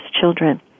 children